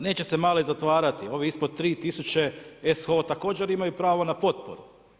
Neće se mali zatvarati, ovi ispod 3.000 SHO također imaju pravo na potporu.